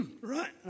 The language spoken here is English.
right